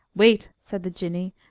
wait, said the jinnee,